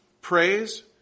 praise